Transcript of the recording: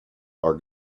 are